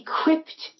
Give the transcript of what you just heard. equipped